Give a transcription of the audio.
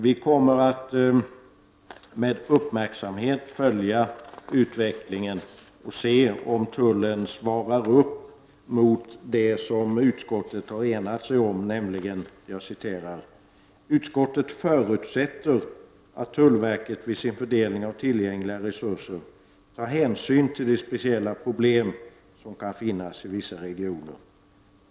Vi kommer att med uppmärksamhet följa utvecklingen och se om tullen svarar upp mot det som utskottet har enats om, nämligen att ”utskottet förutsätter att tullverket vid sin fördelning av tillgängliga resurser tar hänsyn till de speciella problem som kan finnas i vissa regioner”.